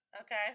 Okay